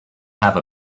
have